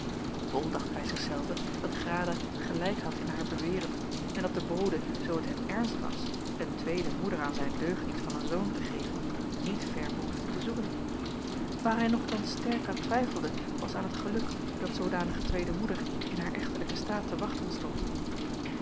bol dacht bij zich zelven dat grada gelijk had in haar beweren en dat de bode zoo het hem ernst was een tweede moeder aan zijn deugniet van een zoon te geven niet ver behoefde te zoeken waar hij nogtans sterk aan twijfelde was aan het geluk dat zoodanige tweede moeder in haar echtelijken staat te wachten stond